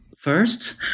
first